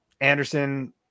Anderson